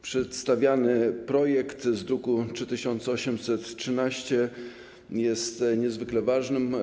Przedstawiany projekt z druku nr 3813 jest niezwykle ważny.